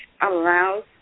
allows